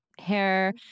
hair